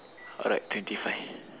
alright twenty five